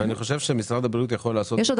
אני חושב שיש עוד דברים שמשרד הבריאות יכול לעשות.